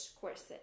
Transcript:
courses